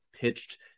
pitched